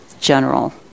general